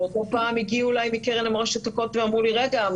לא פעם הגיעו אליי מהקרן למורשת הכותל ואמרו לי: רגע,